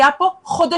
היו פה חודשים,